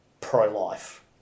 pro-life